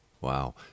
Wow